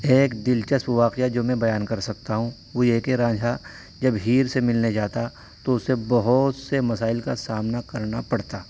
ایک دلچسپ واقعہ جو میں بیان کر سکتا ہوں وہ یہ ہے کہ رانجھا جب ہیر سے ملنے جاتا تو اسے بہت سے مسائل کا سامنا کرنا پڑتا